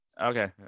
okay